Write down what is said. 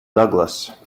douglas